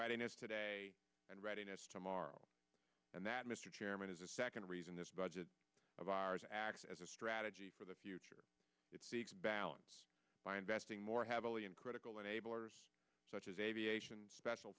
writing us today and readiness tomorrow and that mr chairman is a second reason this budget of ours acts as a strategy for the future it seeks balance investing more heavily in critical enablers such as aviation special